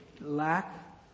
lack